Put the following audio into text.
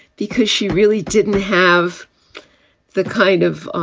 because she really didn't have the kind of